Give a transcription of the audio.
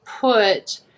put